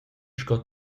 sco